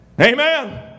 Amen